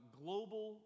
global